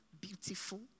Beautiful